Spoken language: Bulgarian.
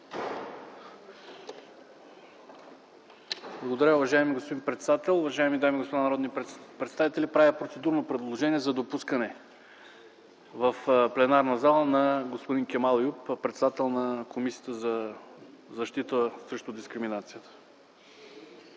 Благодаря Ви, уважаеми господин председател. Уважаеми дами и господа народни представители, правя процедурно предложение за допускане в пленарна зала на господин Кемал Еюп – председател на Комисията за защита от дискриминация.